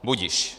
Budiž.